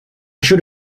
should